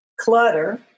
clutter